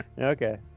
Okay